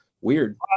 weird